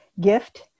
gift